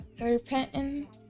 Repenting